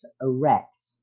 erect